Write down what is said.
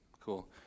Cool